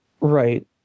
Right